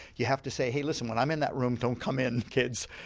you have to say hey listen when i'm in that room don't come in kids.